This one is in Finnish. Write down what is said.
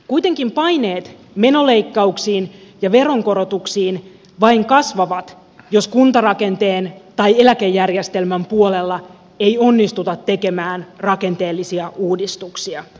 kuitenkin paineet menoleikkauksiin ja veronkorotuksiin vain kasvavat jos kuntarakenteen tai eläkejärjestelmän puolella ei onnistuta tekemään rakenteellisia uudistuksia